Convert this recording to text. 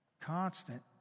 constant